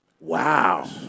Wow